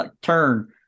turn